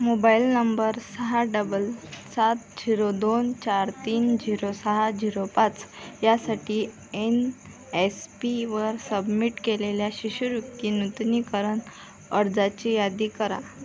mobile number सहा double सात zero दोन चार तीन झिरो सहा झिरो पाच यासाठी एन एस पीवर सबमिट केलेल्या शिष्यवृत्ती नूतनीकरण अर्जांची यादी करा